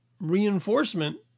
reinforcement